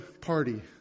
party